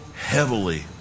heavily